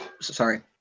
Sorry